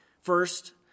First